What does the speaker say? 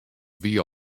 wie